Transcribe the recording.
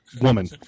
woman